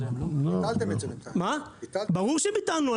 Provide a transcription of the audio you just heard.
ברור שביטלנו,